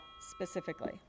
specifically